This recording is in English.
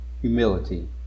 humility